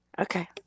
Okay